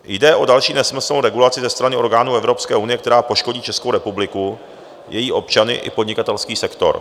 Jde o další nesmyslnou regulaci ze strany orgánů Evropské unie, která poškodí Českou republiku, její občany i podnikatelský sektor.